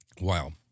Wow